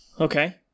Okay